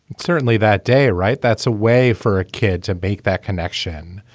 certainly that day right. that's a way for a kid to make that connection.